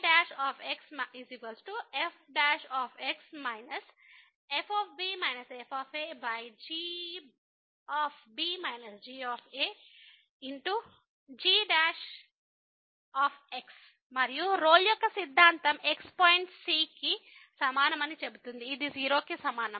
ϕxfx fb fagb gagx మరియు Rolle యొక్క సిద్ధాంతం x పాయింట్ c కి సమానమని చెబుతుంది ఇది 0 కి సమానం